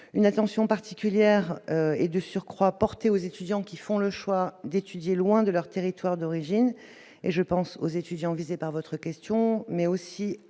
une attention particulière et de surcroît porté aux étudiants qui font le choix d'étudier, loin de leur territoire d'origine et je pense aux étudiants, visés par votre question, mais aussi